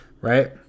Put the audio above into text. right